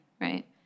right